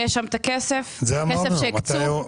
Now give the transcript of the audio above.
יהיה שם את הכסף, כסף שהוקצה?